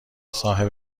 صاحب